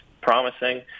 promising